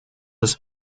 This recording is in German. ist